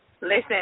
Listen